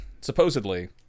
Supposedly